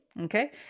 Okay